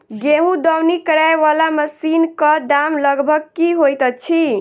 गेंहूँ दौनी करै वला मशीन कऽ दाम लगभग की होइत अछि?